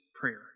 prayer